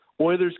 Oilers